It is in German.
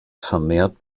vermehrt